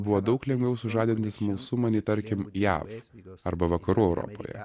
buvo daug lengviau sužadinti smalsumą nei tarkim jav arba vakarų europoje